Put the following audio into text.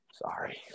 Sorry